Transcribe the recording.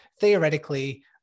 Theoretically